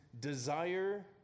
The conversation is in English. Desire